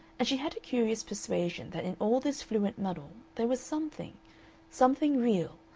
and she had a curious persuasion that in all this fluent muddle there was something something real,